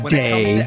day